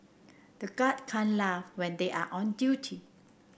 the guards can't laugh when they are on duty